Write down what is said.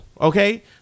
okay